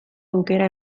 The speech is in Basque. aukera